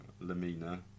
Lamina